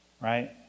Right